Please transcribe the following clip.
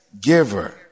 giver